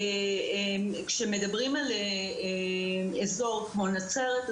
כשמדברים על אזור כמו נצרת,